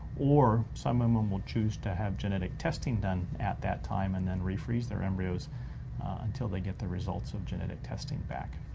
or some women will choose to have genetic testing done at that time and then refreeze their embryos until they get the results of genetic testing back.